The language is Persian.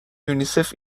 یونیسف